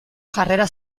jarrera